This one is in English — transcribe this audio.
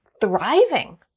thriving